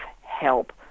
help